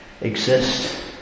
exist